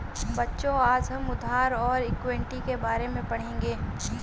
बच्चों आज हम उधार और इक्विटी के बारे में पढ़ेंगे